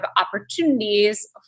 opportunities